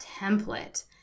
template